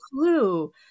clue